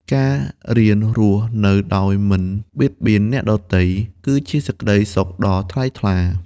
ការរៀនរស់នៅដោយមិនបៀតបៀនអ្នកដទៃ គឺជាសេចក្ដីសុខដ៏ថ្លៃថ្លា។